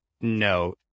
no